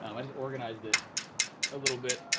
i just organized it a little bit.